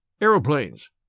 aeroplanes